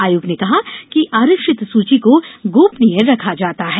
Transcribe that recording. आयोग ने कहा है कि आरक्षित सूची को गोपनीय रखा जाता है